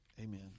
amen